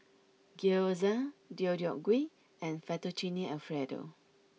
Gyoza Deodeok gui and Fettuccine Alfredo